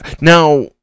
now